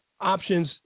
options